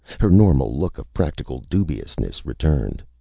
her normal look of practical dubiousness returned.